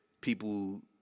people